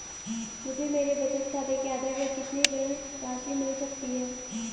मुझे मेरे बचत खाते के आधार पर कितनी ऋण राशि मिल सकती है?